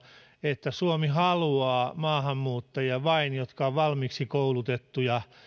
että suomi haluaa vain sellaisia maahanmuuttajia jotka ovat valmiiksi koulutettuja